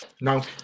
no